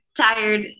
tired